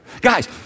Guys